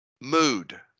mood